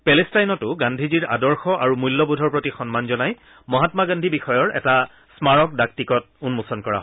পেলেষ্টাইনতো গান্ধীজীৰ আদৰ্শ আৰু মূল্যবোধৰ প্ৰতি সন্মান জনাই মহামা গান্ধী বিষয়ৰ এটা স্মাৰক ডাক টিকট উন্মোচন কৰা হয়